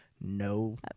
no